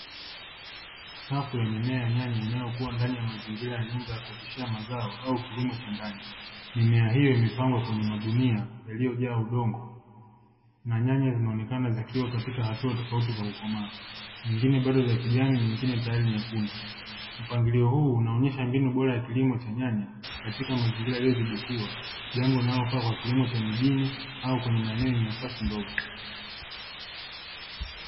Safu ya mimea nyanya inayokuwa ndani ya mazingira ya nyumba ya kuoteshea mazao au kilimo cha ndani, mimea hiyo imepangwa kwenye magunia yaliyojaa udongo, na nyanya zinaonekana zikiwa katika hatua tofauti za kukomaa, nyingine bado za kijani nyingine tayari nyekundu, mpangilio huu unaonyesha mbinu bora ya kilimo cha nyanya katika mazingira yaliyodhibitiwa jambo linalofaa kwa kilimo cha mijini au kwenye maeneo yenye nafasi ndogo.